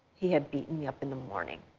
he had beaten me up in the morning.